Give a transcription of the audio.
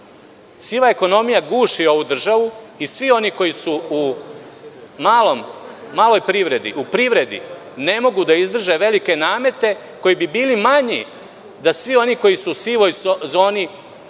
Siva ekonomija guši ovu državu i svi oni koji su u maloj privredi, u privredi ne mogu da izdrže velike namete koji bi bili manji da svi oni koji su u sivoj zoni